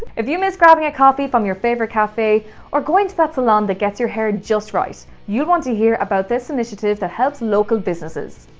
if you miss grabbing a coffee from your favourite cafe or going to that salon that gets your hair just right, you'll want to hear about this initiative that helps local businesses.